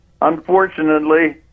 unfortunately